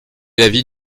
l’avis